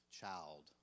child